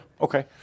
Okay